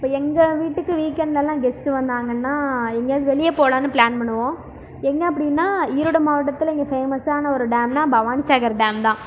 இப்போ எங்கள் வீட்டுக்கு வீக்கெண்ட்லெலாம் கெஸ்ட்டு வந்தாங்கனால் எங்கேயாவது வெளியே போகலானு பிளான் பண்ணுவோம் எங்கே அப்படினா ஈரோடு மாவட்டத்தில் இங்கே ஃபேமஸான ஒரு டேம்னால் பவானி சாகர் டேம் தான்